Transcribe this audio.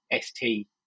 st